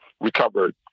recovered